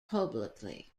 publicly